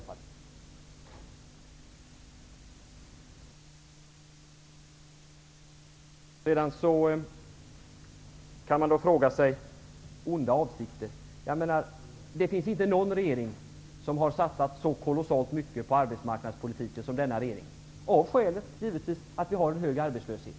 Man kan undra över det här med onda avsikter. Det finns inte någon regering som har satsat så kolossalt mycket på arbetsmarknadspolitiska insatser som denna regering. Skälet till detta är givetvis att vi har en hög arbetslöshet.